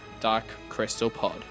darkcrystalpod